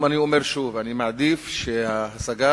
אני אומר שוב: אני מעדיף השגה,